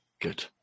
good